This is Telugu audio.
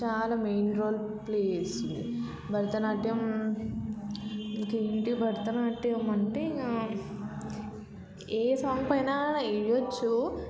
చాలా మెయిన్ రోల్ ప్లే చేస్తుంది భరతనాట్యం ఇంక ఏంటి టి భరతనాట్యం అంటే ఇక ఏ సాంగ్ పైన వేయచ్చు